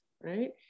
right